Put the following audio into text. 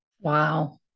Wow